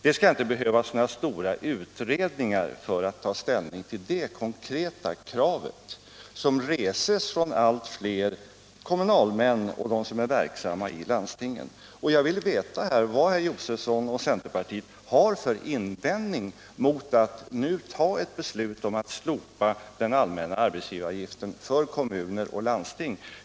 Det borde inte behövas några större utredningar för att ta ställning till det konkreta kravet, som reses från allt fler kommunalmän och personer som är verksamma i landstingen. Jag vill således veta vilken invändning herr Josefson och centerpartiet har mot att nu fatta ett beslut om att slopa den allmänna arbetsgivaravgiften för kommuner och landsting.